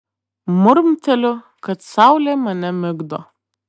murmteliu kad saulė mane migdo